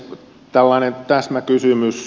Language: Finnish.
tällainen täsmäkysymys